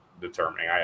determining